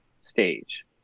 stage